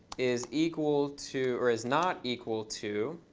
is equal to or is not equal to